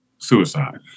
Suicide